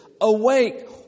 Awake